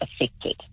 affected